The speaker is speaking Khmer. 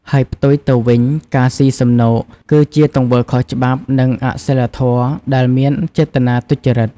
ហើយផ្ទុយទៅវិញ ការស៊ីសំណូក គឺជាទង្វើខុសច្បាប់ និងអសីលធម៌ ដែលមានចេតនាទុច្ចរិត។